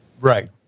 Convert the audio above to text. Right